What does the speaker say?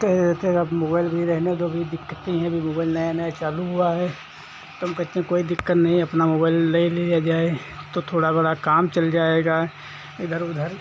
तो कहते थे कि मोबाइल अभी रहने दो अभी दिक्कतें हैं मोबाइल नया नया चालू हुआ है तो हम कहते हैं कोई दिक्कत नहीं है अपना मोबाइल ले लिया जाए तो थोड़ा बड़ा काम चल जाएगा इधर उधर